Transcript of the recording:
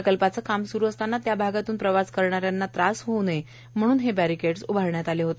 प्रकल्पाचे काम सुरु असतांना त्या भागातून प्रवास करणाऱ्यांना क्ठलाही त्रास होऊ नये म्हणून बॅरिकेडस उभारण्यात आले होते